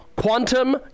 Quantum